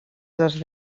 dels